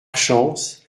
chance